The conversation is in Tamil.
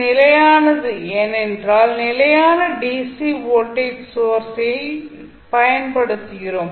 நிலையானது ஏனென்றால் நிலையான டிசி வோல்டேஜ் சோர்ஸைப் பயன்படுத்துகிறோம்